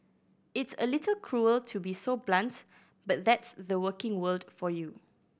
it's a little cruel to be so blunt but that's the working world for you